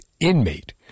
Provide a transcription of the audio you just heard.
inmate